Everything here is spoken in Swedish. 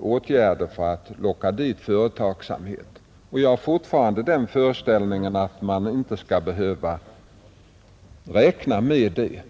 åtgärder för att locka dit företagsamhet. Jag har fortfarande den föreställningen att man inte skall behöva räkna med det.